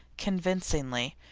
convincingly,